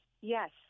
Yes